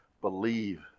Believe